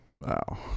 Wow